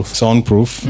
soundproof